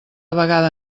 vegada